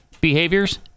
behaviors